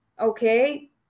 okay